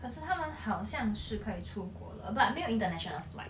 可是他们好像是可以出国了 but 没有 international flight